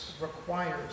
requires